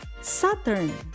Saturn